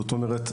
זאת אומרת,